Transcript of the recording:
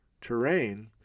terrain